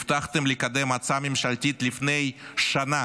הבטחתם לקדם הצעה ממשלתית לפני שנה,